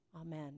Amen